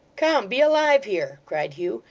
come! be alive here cried hugh,